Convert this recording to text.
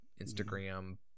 Instagram